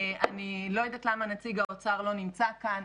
אני לא יודעת למה נציג האוצר לא נמצא כאן.